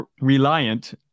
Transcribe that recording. reliant